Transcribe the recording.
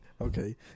Okay